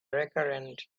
recurrent